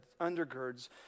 undergirds